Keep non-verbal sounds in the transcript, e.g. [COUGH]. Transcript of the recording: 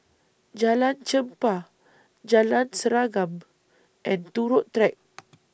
Jalan Chempah Jalan Serengam and Turut Track [NOISE]